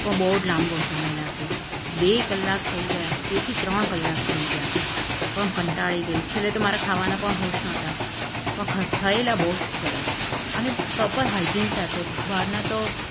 પણ બહુ જ લાંબો સમય લાગ્યો બે કલાક થઈ ગયા બે થી ત્રણ કલાક થઈ ગયા પણ હું કાંટાળી ગઈ છેલ્લે તો મારા ખાવાના પણ હોશ નહોતા પણ થયેલા બહુ જ સરસ અને પ્રોપર હાઇજીન સાથે બારના તો